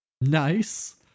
Nice